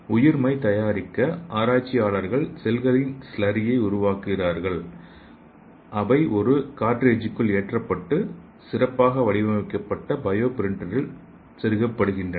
உயிர் மை தயாரிக்க ஆராய்ச்சியாளர்கள் செல்களின் ஸ்லரியை உருவாக்குகிறார்கள் அவை ஒரு கார்டிரேஜ்க்குள் ஏற்றப்பட்டு சிறப்பாக வடிவமைக்கப்பட்ட பயோ பிரிண்டரில் செருகப்படுகின்றன